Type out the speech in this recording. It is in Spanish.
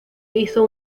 hizo